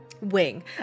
Wing